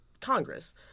Congress